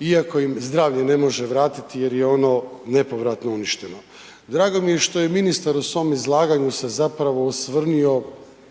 iako im zdravlje ne može vratiti jer je ono nepovratno uništeno. Drago mi je što je ministar u svom ulaganju se zapravo osvrnuo